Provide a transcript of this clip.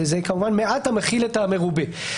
זה כמובן מעט המכיל את המרובה.